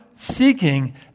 seeking